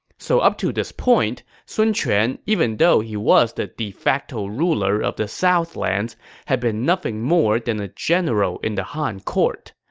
so up to this point, sun quan, even though he was the de facto ruler of the southlands, had been nothing more than a general in the han court.